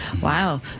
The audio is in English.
Wow